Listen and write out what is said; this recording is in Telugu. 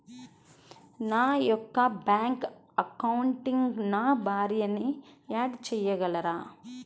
నా యొక్క బ్యాంక్ అకౌంట్కి నా భార్యని యాడ్ చేయగలరా?